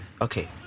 Okay